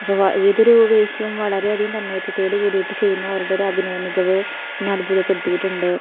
അപ്പം ഏതൊരു വേഷവും വളരെ അധികം തന്മയത്തത്തോടു കൂടിയിട്ട് ചെയ്യുന്നൊരു അഭിനയ മികവ് എന്നെ അത്ഭുതപ്പെടുത്തീയിട്ടുണ്ട്